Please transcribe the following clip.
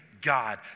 God